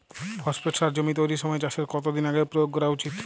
Phosphate সার জমি তৈরির সময় চাষের কত দিন আগে প্রয়োগ করা উচিৎ?